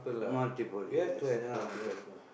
multiple yes ya